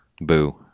Boo